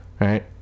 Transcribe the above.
right